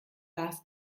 gas